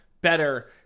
better